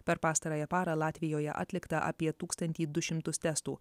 per pastarąją parą latvijoje atlikta apie tūkstantį du šimtus testų